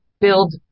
build